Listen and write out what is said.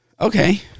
Okay